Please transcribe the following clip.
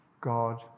God